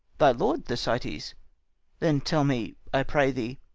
thy lord, thersites. then tell me, i pray thee,